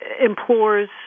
implores